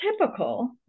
typical